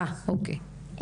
אה, אוקיי.